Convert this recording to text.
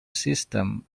system